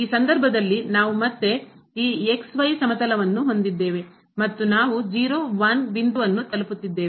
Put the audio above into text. ಆದ್ದರಿಂದ ಈ ಸಂದರ್ಭದಲ್ಲಿ ನಾವು ಮತ್ತೆ ಈ ಸಮತಲವನ್ನು ಹೊಂದಿದ್ದೇವೆ ಮತ್ತು ನಾವು ಬಿಂದುವನ್ನು ತಲುಪುತ್ತಿದ್ದೇವೆ